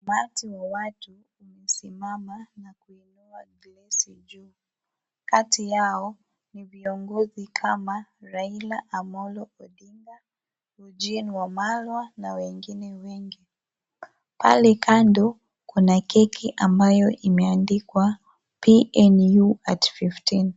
Umati wa watu wamesimama na kuwakilisha juu kati yao ni viongozi kama Raila Amollo Odinga Eugine Wamalwa na wengine wengi, pale kando kuna keki ambayo imeandikwa PNU at 15 .